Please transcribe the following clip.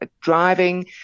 driving